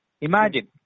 imagine